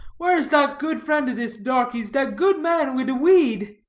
whar is dat good friend of dis darkie's, dat good man wid de weed?